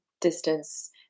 distance